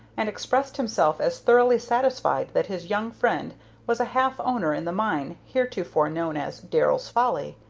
and expressed himself as thoroughly satisfied that his young friend was a half-owner in the mine heretofore known as darrell's folly.